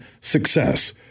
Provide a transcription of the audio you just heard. success